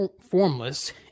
formless